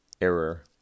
error